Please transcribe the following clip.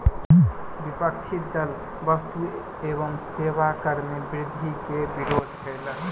विपक्षी दल वस्तु एवं सेवा कर मे वृद्धि के विरोध कयलक